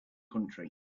country